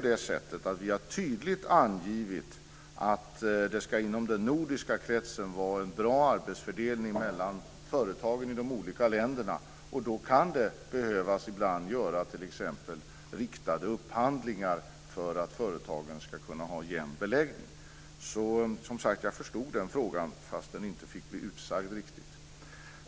detta. Vi har tydligt angivit att det inom den nordiska kretsen ska vara en bra arbetsfördelning mellan företagen i de olika länderna. Då kan man ibland behöva göra t.ex. riktade upphandlingar för att företagen ska kunna ha en jämn beläggning. Som sagt, jag förstod frågan, fastän den inte fick uttalas riktigt.